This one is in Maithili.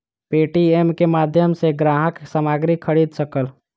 पे.टी.एम के माध्यम सॅ ग्राहक सामग्री खरीद सकल